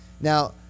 Now